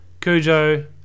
Cujo